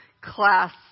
class